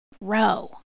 Row